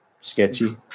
sketchy